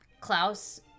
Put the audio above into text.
Klaus